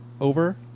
over